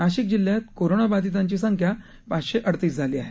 नाशिक जिल्ह्यात कोरोनाबाधितांची संख्या पाचशे अडोतीस झाली आहे